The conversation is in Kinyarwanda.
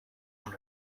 bana